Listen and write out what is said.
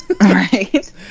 Right